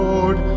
Lord